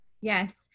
Yes